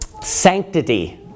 sanctity